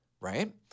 right